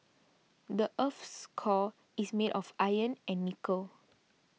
the earth's core is made of iron and nickel